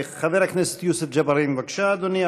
חבר הכנסת יוסף ג'בארין, בבקשה, אדוני.